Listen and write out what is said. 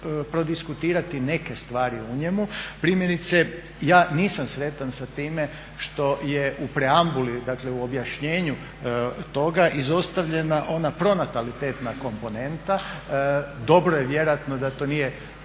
neke stvari u njemu, primjerice ja nisam sretan sa time što je u preambuli dakle u objašnjenju toga izostavljana ona pronatalitetna komponenta. Dobro je vjerojatno da to nije